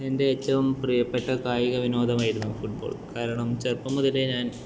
എൻ്റെ ഏറ്റവും പ്രിയപ്പെട്ട കായിക വിനോദമായിരുന്നു ഫൂട്ബോൾ കാരണം ചെറുപ്പം മുതലേ ഞാൻ